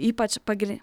ypač pagri